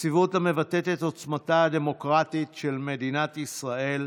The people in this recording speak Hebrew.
נציבות שמבטאת את עוצמתה הדמוקרטית של מדינת ישראל.